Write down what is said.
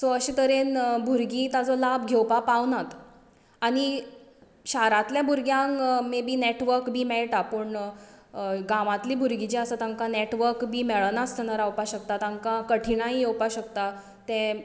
so अशे तरेन भुरगीं ताचो लाव घेंवपाक पावनात आनी शारांतले भुरग्यांक मे बी नॅटवर्क बी मेळटा पूण गांवांतली भुरगीं जीं आसा तेंकां नॅटवर्क बी मेळनासतना रावपाक शकता तेंकां कठिनायी येवपाक शकता तें